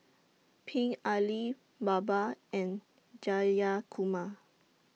Pingali Baba and Jayakumar